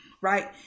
right